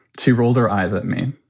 she rolled her eyes at me.